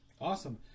Awesome